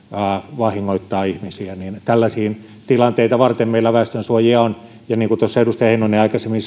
vahingoittaa ihmisiä niin tällaisia tilanteita varten meillä väestönsuojia on niin kuin tuossa edustaja heinonen aikaisemmin